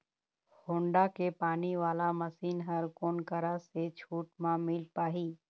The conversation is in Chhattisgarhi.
होण्डा के पानी वाला मशीन हर कोन करा से छूट म मिल पाही?